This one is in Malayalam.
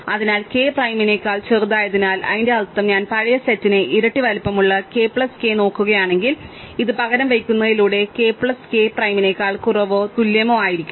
അതിനാൽ k പ്രൈമിനേക്കാൾ ചെറുതായതിനാൽ അതിന്റെ അർത്ഥം ഞാൻ പഴയ സെറ്റിന്റെ ഇരട്ടി വലുപ്പമുള്ള k പ്ലസ് k നോക്കുകയാണെങ്കിൽ ഇത് പകരം വയ്ക്കുന്നതിലൂടെ k പ്ലസ് k പ്രൈമിനേക്കാൾ കുറവോ തുല്യമോ ആയിരിക്കും